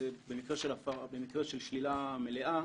במקרה של שלילה מלאה,